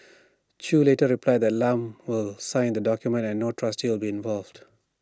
chew later replied that Lam will sign the document and no trustee will involved